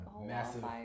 massive